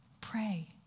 Pray